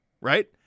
right